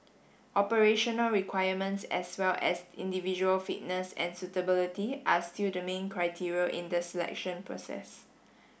operational requirements as well as individual fitness and suitability are still the main criteria in the selection process